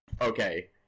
okay